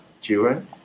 children